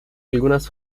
algunas